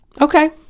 okay